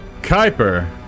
Kuiper